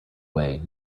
way